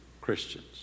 Christians